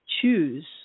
choose